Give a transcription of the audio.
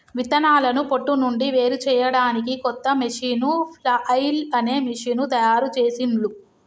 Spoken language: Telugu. విత్తనాలను పొట్టు నుండి వేరుచేయడానికి కొత్త మెషీను ఫ్లఐల్ అనే మెషీను తయారుచేసిండ్లు